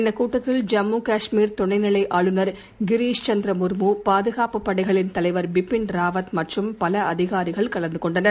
இந்தக் கூட்டத்தில் ஜம்மு காஷ்மீர் துணைநிலை ஆளுநர் கிரிஷ் சந்திர முர்மு பாதுகாப்பு படைகளின் தலைவர் பிபின் ராவத் மற்றும் பல அதிகாரிகள் கலந்து கொண்டனர்